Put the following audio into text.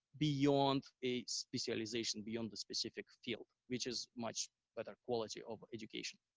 beyond a specialization, beyond the specific field, which is much better quality of education.